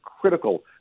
critical